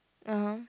ah !huh!